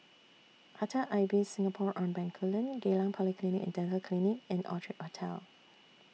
Hotel Ibis Singapore on Bencoolen Geylang Polyclinic and Dental Clinic and Orchard Hotel